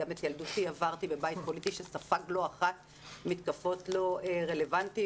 גם את ילדותי עברתי בבית פוליטי שספג לא אחת מתקפות לא רלוונטיות,